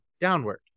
downward